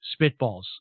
spitballs